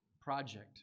project